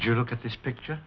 if you look at this picture